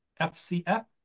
FCF